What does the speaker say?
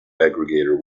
aggregator